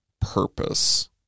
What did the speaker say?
purpose